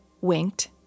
winked